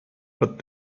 but